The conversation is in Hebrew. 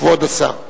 כבוד השר.